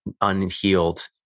unhealed